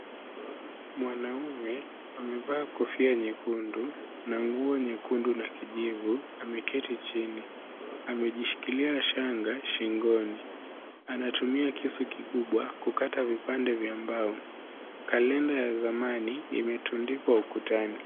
Mwanamume amevaa kofia nyekundu na nguo nyekundu na kijivu. Ameketi chini. Amejishikilia shanga shingoni. Anatumia kisu kikubwa kukata vipande vya mbao. Kalenda ya zamani imetundikwa ukutani.